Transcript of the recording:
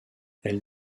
elle